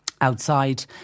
outside